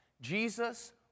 Jesus